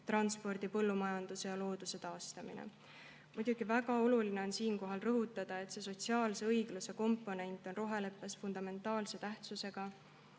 transpordis, põllumajanduses ja looduse taastamises. Muidugi, väga oluline on siinkohal rõhutada, et sotsiaalse õigluse komponent on roheleppes fundamentaalse tähtsusega.